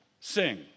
sing